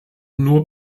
nur